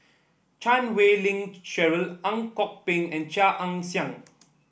Chan Wei Ling Cheryl Ang Kok Peng and Chia Ann Siang